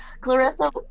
clarissa